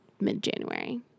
mid-January